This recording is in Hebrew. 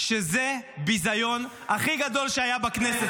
אני אתן את זה לוועדת השרים, מה תעשו?